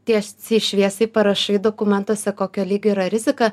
tiesiai šviesiai parašai dokumentuose kokio lygio yra rizika